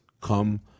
come